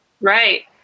Right